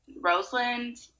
Roseland